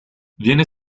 viene